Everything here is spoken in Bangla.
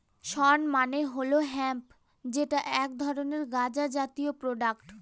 শণ মানে হল হেম্প যেটা এক ধরনের গাঁজা জাতীয় প্রোডাক্ট